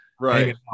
Right